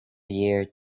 year